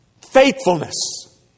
faithfulness